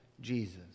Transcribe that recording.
Jesus